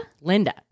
Linda